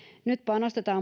nyt panostetaan